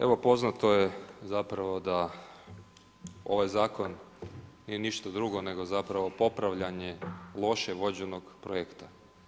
Evo, poznato je zapravo da ovaj Zakon nije ništa drugo nego zapravo popravljanje loše vođenog projekta.